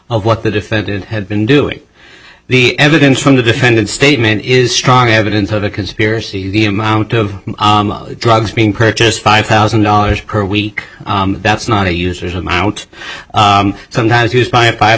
of what the defendant had been doing the evidence from the defendant statement is strong evidence of a conspiracy the amount of drugs being purchased five thousand dollars per week that's not a user's amount sometimes used by a five